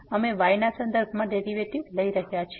અમે y ના સંદર્ભમાં ડેરીવેટીવ લઈ રહ્યા છીએ